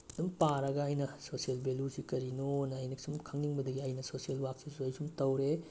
ꯗꯨꯝ ꯄꯥꯔꯒ ꯑꯩꯅ ꯁꯣꯁꯦꯜ ꯕꯦꯂꯨꯁꯤ ꯀꯔꯤꯅꯣꯅ ꯑꯩꯅ ꯁꯨꯝ ꯈꯪꯅꯤꯡꯕꯗꯒꯤ ꯑꯩꯅ ꯁꯣꯁꯦꯜ ꯋꯥꯛꯁꯤꯁꯨ ꯑꯩꯁꯨꯝ ꯇꯧꯔꯦ